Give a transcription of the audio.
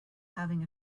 having